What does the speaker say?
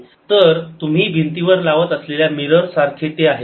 तर तुम्ही भिंतीवर लावत असलेल्या मिरर सारखे ते आहे